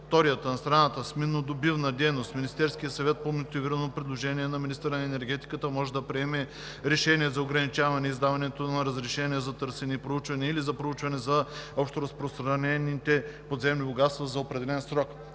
територията на страната с миннодобивна дейност Министерският съвет по мотивирано предложение на министъра на енергетиката може да приеме решение за ограничаване издаването на разрешения за търсене и проучване или за проучване за общоразпространените подземни богатства за определен срок.